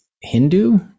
Hindu